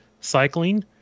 cycling